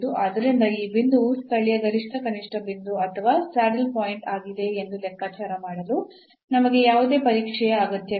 ಆದ್ದರಿಂದ ಈ ಬಿಂದುವು ಸ್ಥಳೀಯ ಗರಿಷ್ಠ ಕನಿಷ್ಠ ಬಿಂದು ಅಥವಾ ಸ್ಯಾಡಲ್ ಪಾಯಿಂಟ್ ಆಗಿದೆಯೇ ಎಂದು ಲೆಕ್ಕಾಚಾರ ಮಾಡಲು ನಮಗೆ ಯಾವುದೇ ಪರೀಕ್ಷೆಯ ಅಗತ್ಯವಿಲ್ಲ